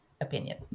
opinion